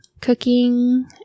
cooking